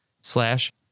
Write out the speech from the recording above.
slash